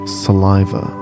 saliva